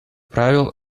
правил